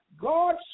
God